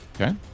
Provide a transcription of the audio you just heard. Okay